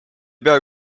pea